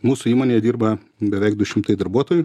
mūsų įmonėje dirba beveik du šimtai darbuotojų